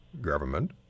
government